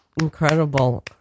incredible